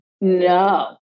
No